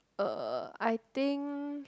uh I think